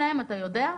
יודע?